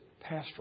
pastoral